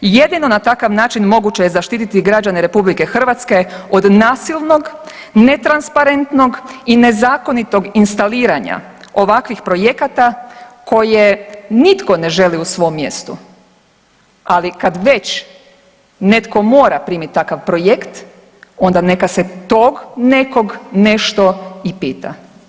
Jedino na takav način moguće je zaštiti građane RH od nasilnog, ne transparentnost i nezakonitog instaliranja ovakvih projekata koje nitko ne želi u svom mjestu, ali kad već netko mora primiti takav projekt onda neka se toga nekog nešto i pita.